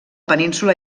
península